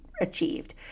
achieved